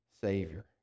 Savior